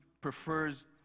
prefers